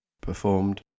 performed